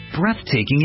breathtaking